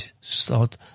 start